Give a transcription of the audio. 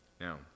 Now